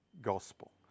gospel